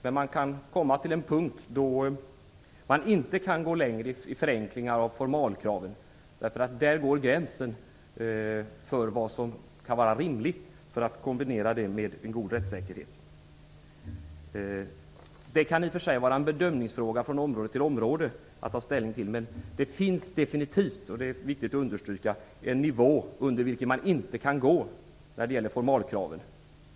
Men man kan komma till en punkt då man inte kan gå längre i förenklingar av formaliakraven, därför att där går gränsen för vad som kan vara rimligt för att kombinera det med en god rättssäkerhet. Det kan i och för sig vara en bedömningsfråga från område till område att ta ställning till, men det finns definitivt - det är viktigt att understryka det - en nivå under vilken man inte kan gå när det gäller formaliakraven.